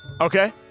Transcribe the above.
Okay